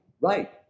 Right